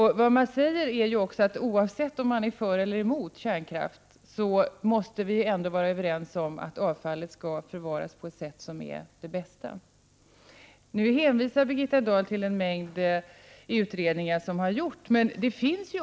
I uppropet sägs det att oavsett om man är för eller emot kärnkraft måste man vara överens om att avfallet skall förvaras på bästa möjliga sätt. Birgitta Dahl hänvisade till en mängd utredningar som har gjorts.